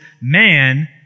man